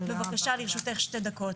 בבקשה, לרשותך שתי דקות.